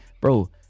Bro